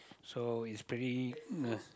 so it's pretty uh